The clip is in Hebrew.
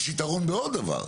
יש יתרון בעוד דבר,